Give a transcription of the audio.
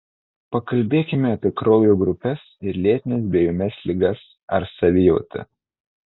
pakalbėkime apie kraujo grupes ir lėtines bei ūmias ligas ar savijautą